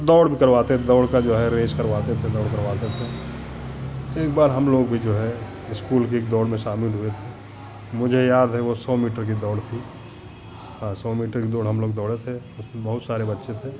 दौड़ भी करवाते थे दौड़ का जो है रेस करवाते थे दौड़ करवाते थे एक बार हमलोग भी जो है स्कूल की एक दौड़ में शामिल हुए थे मुझे याद है वह सौ मीटर की दौड़ थी हाँ सौ मीटर की दौड़ हमलोग दौड़े थे उसमें बहुत सारे बच्चे थे